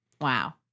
Wow